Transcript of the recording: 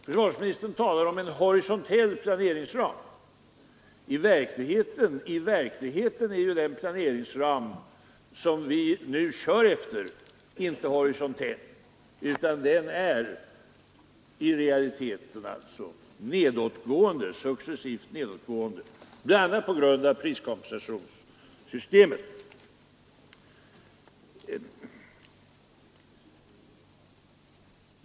Försvarsministern talar om en horisontell planeringsram. I verkligheten är ju den planeringsram som vi nu tillämpar inte horisontell utan successivt nedåtgående, bl.a. på grund av priskompensationssystemet.